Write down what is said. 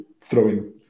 throwing